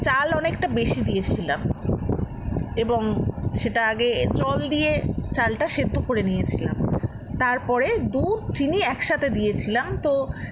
চাল অনেকটা বেশি দিয়েছিলাম এবং সেটা আগে জল দিয়ে চালটা সেদ্ধ করে নিয়েছিলাম তারপরে দুধ চিনি একসাথে দিয়েছিলাম তো